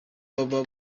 baba